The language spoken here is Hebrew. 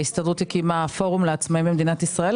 ההסתדרות הקימה פורום לעצמאים במדינת ישראל,